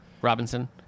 Robinson